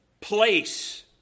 place